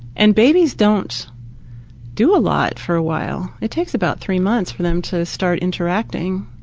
and babies don't do a lot for a while. it takes about three months for them to start interacting.